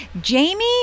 Jamie